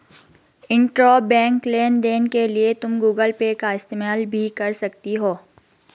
intrabank लेन देन के लिए तुम गूगल पे का इस्तेमाल भी कर सकती हो